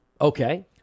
Okay